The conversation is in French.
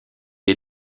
est